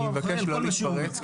אני מבקש לא להתפרץ,